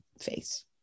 face